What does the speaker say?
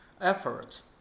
efforts